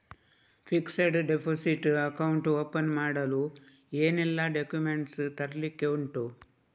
Fixed deposit account open ಮಾಡಲು ಏನೆಲ್ಲಾ documents ತರ್ಲಿಕ್ಕೆ ಉಂಟು?